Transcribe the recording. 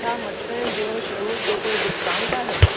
छा मटन जूं शयूं ते को डिस्काउंट आहे